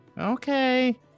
Okay